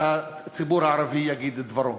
והציבור הערבי יגיד את דברו.